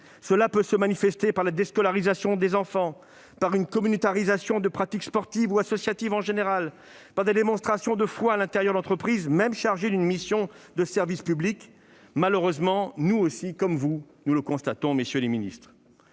Cela peut se manifester par la déscolarisation d'enfants, par une communautarisation de pratiques sportives ou associatives de façon générale, par des démonstrations de foi à l'intérieur d'entreprises, même chargées d'une mission de service public. Malheureusement, nous le constatons aussi, comme vous, messieurs les ministres.